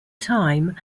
time